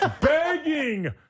begging